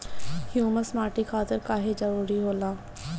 Humus माटी खातिर काहे जरूरी होला?